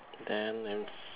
then you